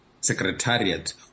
secretariat